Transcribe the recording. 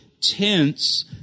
tents